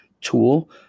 tool